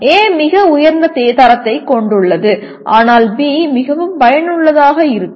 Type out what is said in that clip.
A மிக உயர்ந்த தரத்தைக் கொண்டுள்ளது ஆனால் B மிகவும் பயனுள்ளதாக இருக்கும்